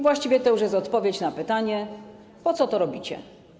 Właściwie to już jest odpowiedź na pytanie, po co to robicie.